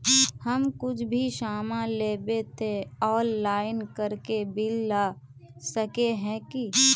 हम कुछ भी सामान लेबे ते ऑनलाइन करके बिल ला सके है की?